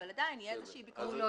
אבל עדיין תהיה איזושהי ביקורת.